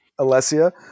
Alessia